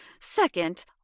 Second